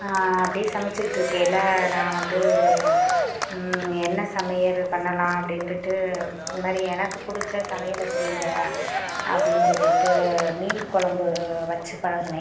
அப்படே சமைச்சிட்டிருக்கைல நான் வந்து என்ன சமையல் பண்ணலாம் அப்படின்ட்டுட்டு இன்மாதிரி எனக்கு பிடிச்ச சமையல செய்வோம் அப்படின்னு சொல்லிட்டு மீன் கொழம்பு வச்சு பழகுனேன்